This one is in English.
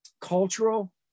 cultural